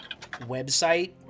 website